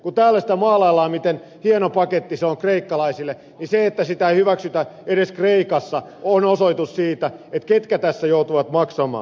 kun täällä maalaillaan miten hieno paketti se on kreikkalaisille niin se että sitä ei hyväksytä edes kreikassa on osoitus siitä ketkä tässä joutuvat maksamaan